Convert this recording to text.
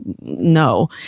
no